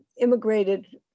immigrated